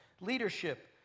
Leadership